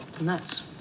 Nuts